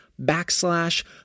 backslash